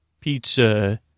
pizza